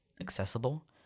accessible